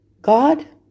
God